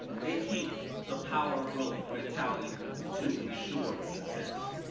they keep the power of broke mentality to ensure success?